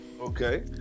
Okay